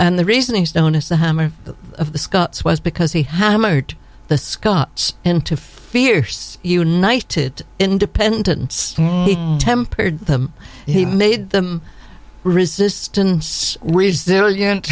and the reason he's known as the hammer of the scots was because he hammered the scots into fierce united independence tempered them he made them resistance resilient